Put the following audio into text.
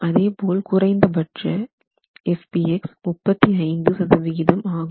அதேபோல் குறைந்தபட்ச F p x 35 சதவிகிதம் ஆகும்